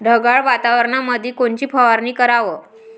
ढगाळ वातावरणामंदी कोनची फवारनी कराव?